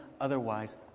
otherwise